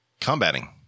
combating